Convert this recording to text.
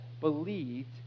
believed